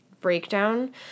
Breakdown